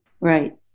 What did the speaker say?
Right